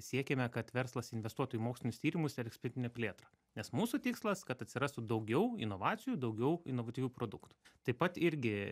siekiame kad verslas investuotų į mokslinius tyrimus ir ekspertinę plėtrą nes mūsų tikslas kad atsirastų daugiau inovacijų daugiau inovatyvių produktų taip pat irgi